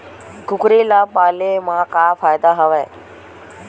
कुकरी ल पाले म का फ़ायदा हवय?